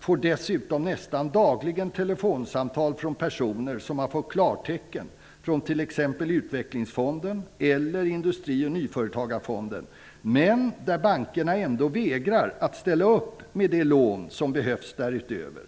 får dessutom nästan dagligen telefonsamtal från personer som har fått klartecken från t.ex. Utvecklingsfonden eller Industri och nyföretagarfonden men där bankerna ändå vägrar att ställa upp med de lån som behövs därutöver.